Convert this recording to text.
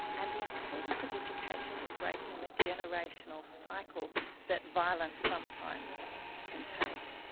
and the importance of education in breaking the generational cycle that violence sometimes can take.